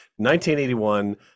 1981